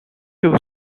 two